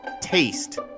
taste